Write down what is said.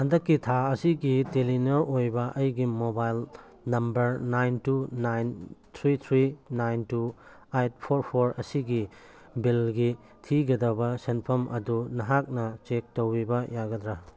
ꯍꯟꯗꯛꯀꯤ ꯊꯥ ꯑꯁꯤꯒꯤ ꯇꯦꯂꯤꯅꯔ ꯑꯣꯏꯕ ꯑꯩꯒꯤ mobile number nine two nine three three nine two eight four four ꯑꯁꯤꯒꯤ ꯕꯤꯜꯒꯤ ꯊꯤꯒꯗꯕ ꯁꯦꯟꯐꯝ ꯑꯗꯨ ꯅꯍꯥꯛꯅ ꯆꯦꯛ ꯇꯧꯕꯤꯕ ꯌꯥꯒꯗ꯭ꯔꯥ